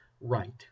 right